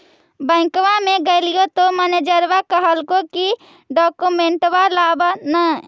बैंकवा मे गेलिओ तौ मैनेजरवा कहलको कि डोकमेनटवा लाव ने?